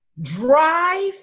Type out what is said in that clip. drive